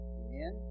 amen